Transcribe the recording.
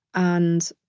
and